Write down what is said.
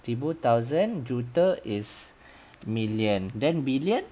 ribu thousand juta is million then billion